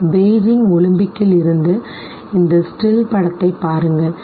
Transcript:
Beijing ஒலிம்பிக்கில் இருந்து இந்த ஸ்டில் படத்தைப் பாருங்கள் சரி